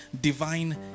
divine